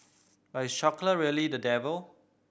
but is chocolate really the devil